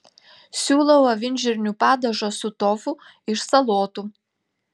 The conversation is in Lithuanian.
siūlau avinžirnių padažą su tofu iš salotų